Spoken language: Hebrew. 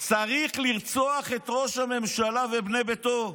צריך לרצוח את ראש הממשלה ובני ביתו.